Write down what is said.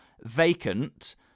vacant